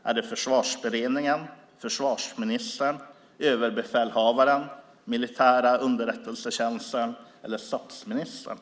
Är det Försvarsberedningens, försvarsministerns, överbefälhavarens, den militära underrättelsetjänstens eller statsministerns?